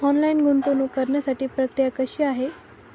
Online गुंतवणूक करण्यासाठी प्रक्रिया कशी आहे?